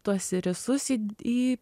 tuos irisus į į